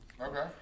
Okay